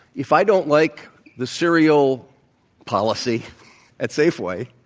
if i don't like the cereal policy at safeway,